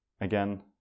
Again